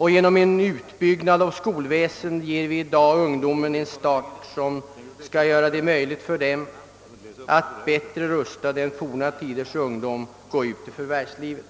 Genom en utbyggnad av skolväsendet ger vi i dag skolungdomarna en start som skall göra det möjligt för dem att bättre rustade än forna tiders ungdom gå ut i förvärvslivet.